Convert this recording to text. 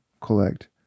collect